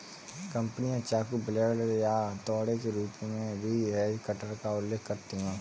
कंपनियां चाकू, ब्लेड या हथौड़े के रूप में भी हेज कटर का उल्लेख करती हैं